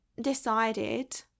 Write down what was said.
decided